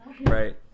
Right